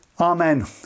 Amen